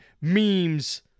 memes